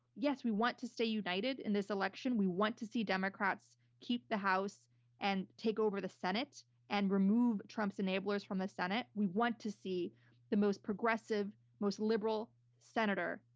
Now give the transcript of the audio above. yes, we want to stay united in this election. we want to see democrats keep the house and take over the senate and remove trump's enablers from the senate. we want to see the most progressive, most liberal senator,